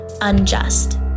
unjust